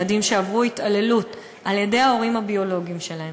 ילדים שעברו התעללות על-ידי ההורים הביולוגיים שלהם,